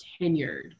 tenured